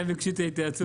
לכן ביקשו את ההתייעצות.